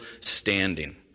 standing